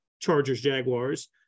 Chargers-Jaguars –